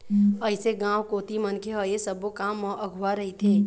अइसे गाँव कोती मनखे ह ऐ सब्बो काम म अघुवा रहिथे